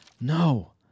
No